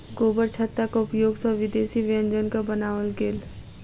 गोबरछत्ताक उपयोग सॅ विदेशी व्यंजनक बनाओल गेल